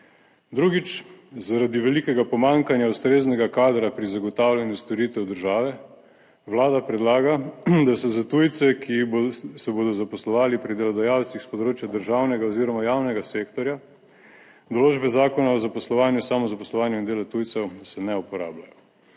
Drugič, zaradi velikega pomanjkanja ustreznega kadra pri zagotavljanju storitev države vlada predlaga, da se za tujce, ki se bodo zaposlovali pri delodajalcih s področja državnega oziroma javnega sektorja določbe Zakona o zaposlovanju, samozaposlovanju in delu tujcev, da se ne uporabljajo.